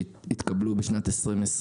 שהתקבלו בשנת 2020,